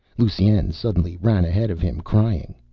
lusine suddenly ran ahead of him, crying,